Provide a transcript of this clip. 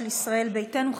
של ישראל ביתנו,